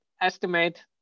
estimate